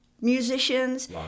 musicians